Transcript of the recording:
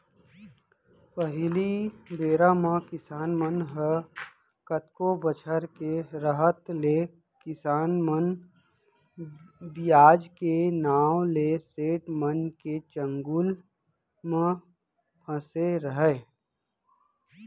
पहिली बेरा म किसान मन ह कतको बछर के रहत ले किसान मन बियाज के नांव ले सेठ मन के चंगुल म फँसे रहयँ